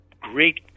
great